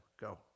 Go